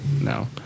no